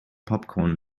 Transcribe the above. popcorn